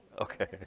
Okay